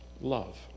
love